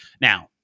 Now